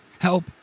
Help